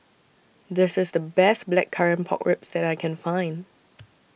This IS The Best Blackcurrant Pork Ribs that I Can Find